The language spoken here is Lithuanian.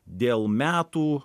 dėl metų